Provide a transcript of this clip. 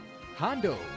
Hondo